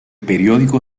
periódico